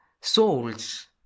souls